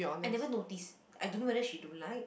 I never notice I don't know whether she don't like